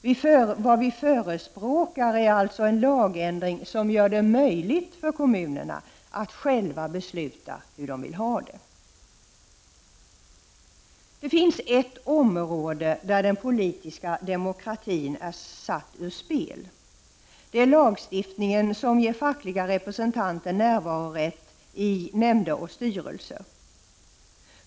Vad vi förespråkar är alltså en lagändring, som gör det möjligt för kommunerna att själva besluta hur de vill ha det. Det finns ett område där den politiska demokratin satts ur spel. Det är lagstiftningen som ger fackliga representanter närvarorätt i nämnder och styrelser.